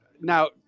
Now